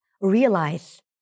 realize